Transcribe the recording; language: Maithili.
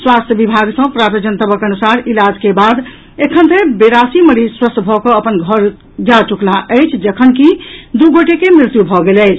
स्वास्थ्य विभाग सऽ प्राप्त जनतबक अनुसार इलाज के बाद एखन धरि चौरासी मरीज स्वस्थ भऽ कऽ अपन घर जा चुकला अछि जखनकि द् गोटे के मृत्यू भऽ गेल अछि